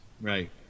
Right